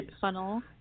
funnel